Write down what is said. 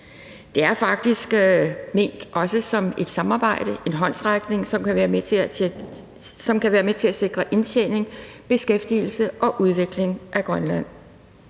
Det er faktisk også ment som et samarbejde, en håndsrækning, som kan være med til at sikre indtjening, beskæftigelse og udvikling af Grønland.